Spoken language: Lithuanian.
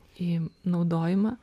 į naudojimą